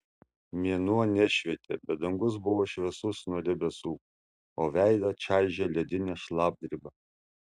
mėnuo nešvietė bet dangus buvo šviesus nuo debesų o veidą čaižė ledinė šlapdriba